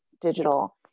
digital